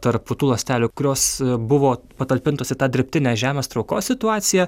tarp tų ląstelių kurios buvo patalpintos į tą dirbtinę žemės traukos situaciją